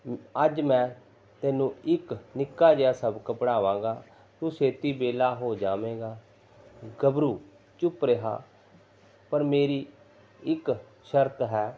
ਅੱਜ ਮੈਂ ਤੈਨੂੰ ਇੱਕ ਨਿੱਕਾ ਜਿਹਾ ਸਬਕ ਪੜ੍ਹਾਵਾਂਗਾ ਤੂੰ ਛੇਤੀ ਵਿਹਲਾ ਹੋ ਜਾਵੇਗਾ ਗੱਭਰੂ ਚੁੱਪ ਰਿਹਾ ਪਰ ਮੇਰੀ ਇੱਕ ਸ਼ਰਤ ਹੈ